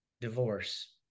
divorce